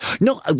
No